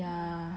ya